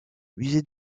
musée